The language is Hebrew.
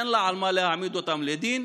אין לה על מה להעמיד אותם לדין,